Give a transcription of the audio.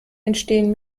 entstehen